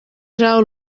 rau